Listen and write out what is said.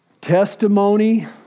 Testimony